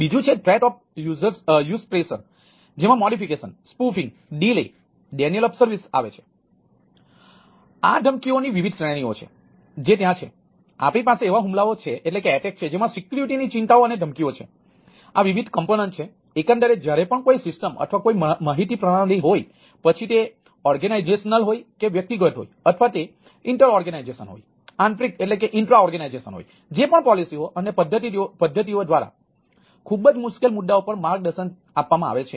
તેથી આ ધમકીઓની હોય જે પણ પોલિસીઓ અને પદ્ધતિઓ દ્વારા ખૂબ જ મુશ્કેલ મુદ્દાઓ પર માર્ગદર્શન છે આપવામાં આવે છે